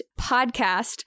podcast